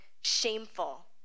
shameful